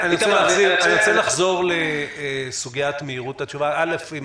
אני רוצה לחזור לסוגיית מהירות התשובה קודם כול,